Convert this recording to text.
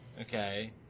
Okay